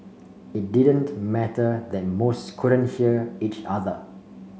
it didn't matter that most couldn't hear each other